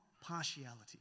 partiality